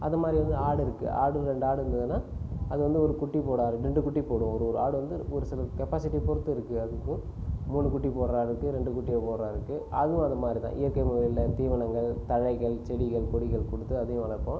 அது மாதிரி வந்து ஆடு இருக்குது ஆடு ரெண்டு ஆடு இருந்ததுனால் அது வந்து ஒரு குட்டி போட ரெண்டு குட்டி போடும் ஒரு ஒரு ஆடு வந்து ஒரு சிலது கெப்பாசிட்டி பொறுத்து இருக்குது அதுக்கு மூணு குட்டி போடுகிற ஆடு இருக்குது ரெண்டு குட்டி போடுகிற ஆடு இருக்குது அதுவும் அது மாதிரி தான் இயற்கை முறையில் தீவனங்கள் தழைகள் செடிகள் கொடிகள் கொடுத்து அதையும் வளர்ப்போம்